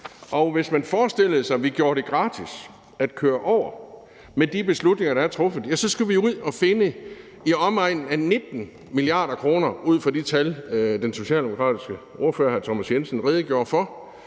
Og hvis man forestillede sig, at vi med de beslutninger, der er truffet, gjorde det gratis at køre over, ja, så skulle vi ud at finde i omegnen af 19 mia. kr. ud fra de tal, den socialdemokratiske ordfører, hr. Thomas Jensen, redegjorde for,